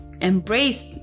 Embrace